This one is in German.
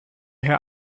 herr